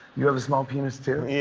you have a small penis, too? yeah.